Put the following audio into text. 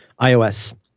iOS